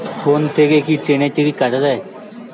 Phone থেকে কি ট্রেনের টিকিট কাটা য়ায়?